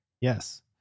Yes